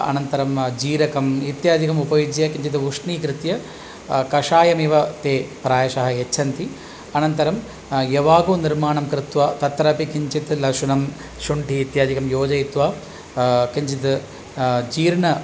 अनन्तरं जीरकम् इत्यादिकम् उपयुज्य किञ्चित् उष्णीकृत्य कषायमेव ते प्रायशः यच्छन्ति अनन्तरं यवाग्वाः निर्माणं कृत्वा तत्रपि किञ्चित् लशुनं शुण्ठिः इत्यादिकं योजयित्वा किञ्चित् जीर्णम्